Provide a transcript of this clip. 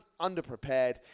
underprepared